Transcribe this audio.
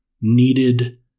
needed